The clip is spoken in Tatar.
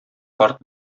карт